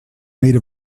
made